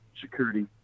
security